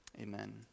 Amen